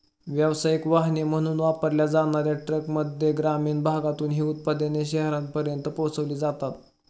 व्यावसायिक वाहने म्हणून वापरल्या जाणार्या ट्रकद्वारे ग्रामीण भागातून ही उत्पादने शहरांपर्यंत पोहोचविली जातात